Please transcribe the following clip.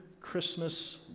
Christmas